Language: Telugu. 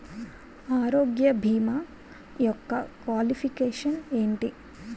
ఆరోగ్య భీమా యెక్క క్వాలిఫికేషన్ ఎంటి?